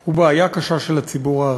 הוא בעיה קשה של הציבור הערבי.